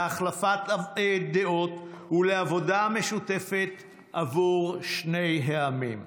להחלפת דעות ולעבודה משותפת עבור שני העמים.